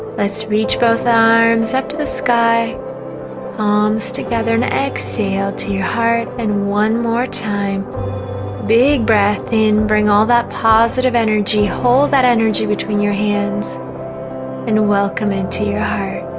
let's reach both arms up to the sky palms together and exhale to your heart and one more time big breath in bring all that positive energy hold that energy between your hands and welcome into your heart